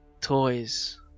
Toys